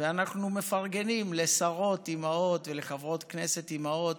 ואנחנו מפרגנים לשרות אימהות ולחברות כנסת אימהות,